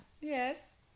Yes